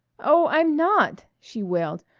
oh, i'm not, she wailed,